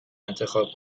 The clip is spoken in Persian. انتخاب